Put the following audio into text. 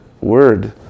Word